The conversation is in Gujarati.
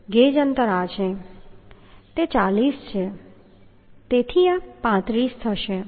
તેથી ગેજ અંતર આ છે આ 40 છે તેથી આ 35 થશે